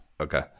Okay